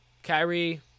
Kyrie